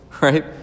right